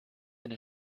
eine